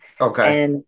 Okay